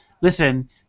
listen